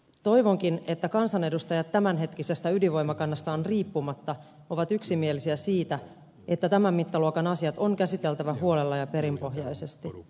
toivonkin että kansanedustajat tämänhetkisestä ydinvoimakannastaan riippumatta ovat yksimielisiä siitä että tämän mittaluokan asiat on käsiteltävä huolella ja perinpohjaisesti